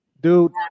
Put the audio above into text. dude